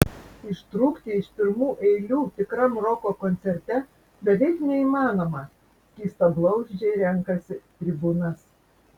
ištrūkti iš pirmų eilių tikram roko koncerte beveik neįmanoma skystablauzdžiai renkasi tribūnas